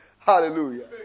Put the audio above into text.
Hallelujah